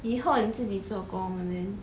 以后你自己做工了 then